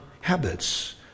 habits